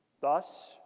Thus